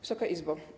Wysoka Izbo!